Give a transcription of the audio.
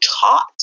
taught